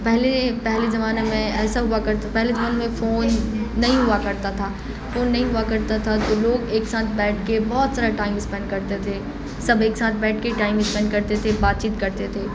پہلے پہلے زمانے میں ایسا ہوا کرتا پہلے زمانے میں فون نہیں ہوا کرتا تھا فون نہیں ہوا کرتا تھا تو لوگ ایک ساتھ بیٹھ کے بہت سارا ٹائم اسپینڈ کرتے تھے سب ایک ساتھ بیٹھ کے ہی ٹائم اسپینڈ کرتے تھے بات چیت کرتے تھے